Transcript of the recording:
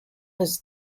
his